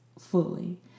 fully